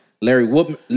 Larry